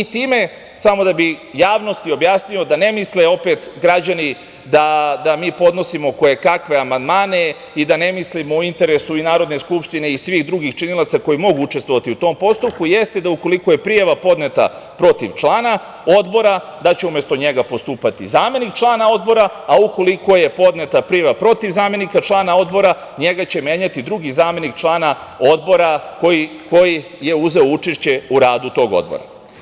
Time, samo da bi javnosti objasnio, da ne misle opet građani da mi podnosimo kojekakve amandmane i da ne mislimo u interesu i Narodne skupštine i svih drugih činilaca, koji mogu učestvovati u tom postupku, jeste da ukoliko je prijava podneta protiv člana odbora da će umesto njega postupati zamenik člana odbora, a ukoliko je podneta prijava protiv zamenika člana odbora njega će menjati drugi zamenik člana odbora koji je uzeo učešće u radu tog odbora.